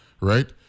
right